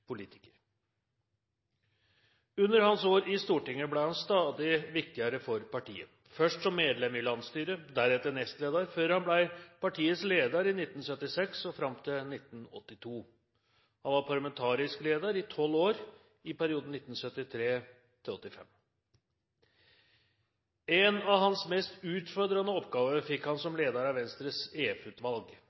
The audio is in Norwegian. Under sine år i Stortinget ble han stadig viktigere for partiet, først som medlem i landsstyret, deretter som nestleder, før han ble partiets leder i 1976 og fram til 1982. Han var parlamentarisk leder i tolv år i perioden 1973–1985. En av hans mest utfordrende oppgaver fikk han som leder av Venstres